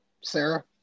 Sarah